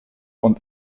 und